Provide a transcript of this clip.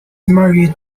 married